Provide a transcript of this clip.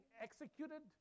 executed